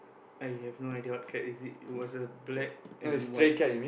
I have no idea what cat is it it was a black and white